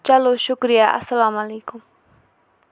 چلو شُکریہ اَسَلامُ علیکُم